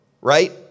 right